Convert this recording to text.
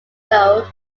though